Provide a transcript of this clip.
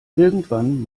irgendwann